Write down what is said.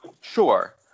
Sure